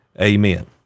amen